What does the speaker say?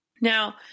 Now